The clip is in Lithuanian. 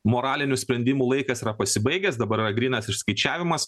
moralinių sprendimų laikas yra pasibaigęs dabar yra grynas išskaičiavimas